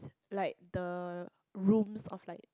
like the rooms of like